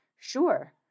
Sure